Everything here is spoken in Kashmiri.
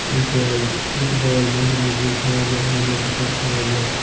اقبال اقبال محمد مقبوٗل خواجہ حامِد نثار خواجہ